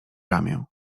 ramię